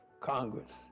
Congress